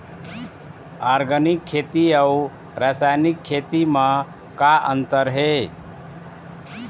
Organic खेती अउ रासायनिक खेती म का अंतर हे?